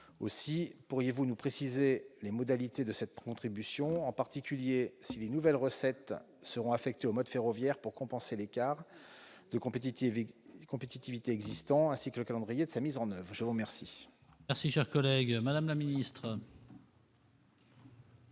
Aussi, pourriez-vous nous préciser les modalités de cette contribution, en nous disant en particulier si les nouvelles recettes seront affectées au mode ferroviaire pour compenser l'écart de compétitivité existant, ainsi que le calendrier de sa mise en oeuvre ? La parole